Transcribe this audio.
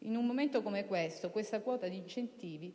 In un momento come questo tale quota di incentivi